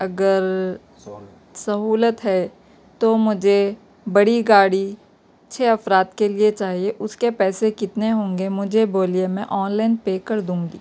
اگر سہولت ہے تو مجھے بڑی گاڑی چھ افراد کے لیے چاہیے اس کے پیسے کتنے ہوں گے مجھے بولیے میں آن لائن پے کر دوں گی